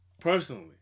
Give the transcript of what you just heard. personally